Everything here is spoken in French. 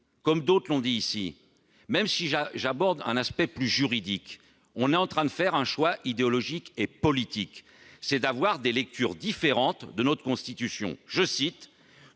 comme d'autres l'ont dit ici, même si j'aborde un aspect plus juridique, on est en train de faire un choix idéologique et politique, c'est d'avoir des lectures différentes de notre Constitution. Il faut